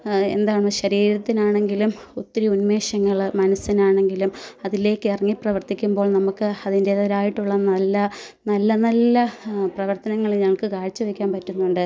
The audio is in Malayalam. എന്താണ് ശരീരത്തിനാണെങ്കിലും ഒത്തിരി ഉന്മേഷങ്ങൾ മനസ്സിനാണെങ്കിലും അതിലേക്കിറങ്ങി പ്രവർത്തിക്കുമ്പോൾ നമുക്ക് അതിന്റേതായിട്ടുള്ള നല്ല നല്ല നല്ല പ്രവർത്തനങ്ങൾ ഞങ്ങൾക്ക് കാഴ്ച്ച വെക്കാൻ പറ്റുന്നുണ്ട്